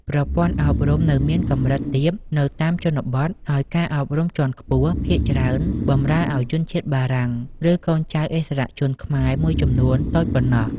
ប្រព័ន្ធអប់រំនៅមានកម្រិតទាបនៅតាមជនបទ ហើយការអប់រំជាន់ខ្ពស់ភាគច្រើនបម្រើឱ្យជនជាតិបារាំង ឬកូនចៅឥស្សរជនខ្មែរមួយចំនួនតូចប៉ុណ្ណោះ។